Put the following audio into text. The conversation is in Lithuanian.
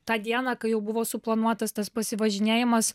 tą dieną kai jau buvo suplanuotas tas pasivažinėjimas